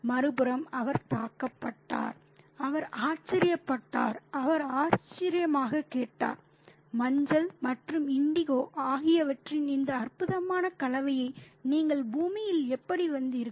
மறுபுறம் அவர் தாக்கப்பட்டார் அவர் ஆச்சரியப்படுகிறார் அவர் ஆச்சரியமாக கேட்டார் மஞ்சள் மற்றும் இண்டிகோ ஆகியவற்றின் இந்த அற்புதமான கலவையை நீங்கள் பூமியில் எப்படி வந்தீர்கள்